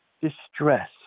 distress